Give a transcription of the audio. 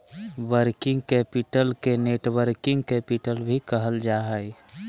working capital के networking capital भी कहल जा हय